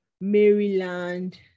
Maryland